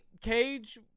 Cage